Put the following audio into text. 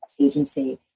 agency